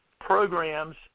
programs